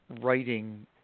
writing